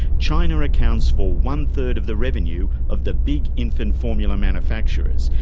china accounts for one-third of the revenue of the big infant formula manufacturers,